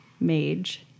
mage